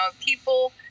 people